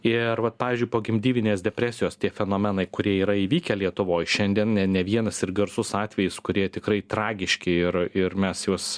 ir vat pavyzdžiui pogimdyvinės depresijos tie fenomenai kurie yra įvykę lietuvoj šiandien ne ne vienas ir garsus atvejis kurie tikrai tragiški ir ir mes juos